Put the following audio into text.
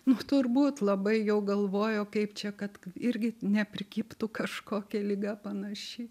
nu turbūt labai jau galvojo kaip čia kad irgi neprikibtų kažkokia liga panaši